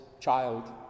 child